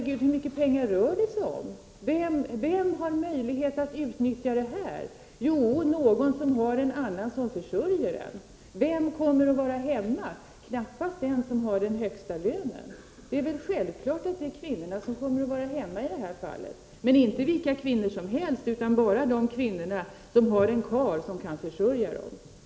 Hur mycket pengar rör det sig om? Vem har möjlighet att utnyttja det? Jo, någon som har en annan som försörjer en. Vem kommer att vara hemma? Knappast den som har den högsta lönen. Det är väl självklart att det blir kvinnor som kommer att vara hemma i sådant fall, men inte vilka kvinnor som helst, utan bara de kvinnor som har en karl som kan försörja dem.